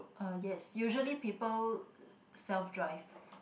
uh yes usually people self drive